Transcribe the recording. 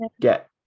get